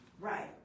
Right